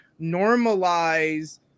normalize